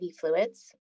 fluids